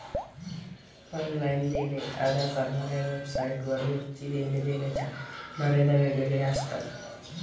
online देणे अदा करणाऱ्या वेबसाइट वर रोजची देणी देण्याच्या मर्यादा वेगवेगळ्या असतात